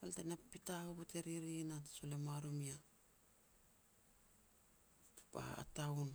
"Pal tena pipita hovot e riri nah te sol e mua romi a, ba a town."